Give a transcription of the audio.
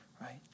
right